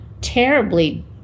terribly